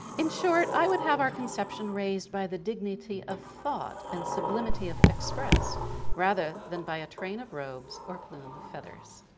in short i would have our conception raised by the dignity of thought and sublimity of express rather than by a train of robes or plume of feathers.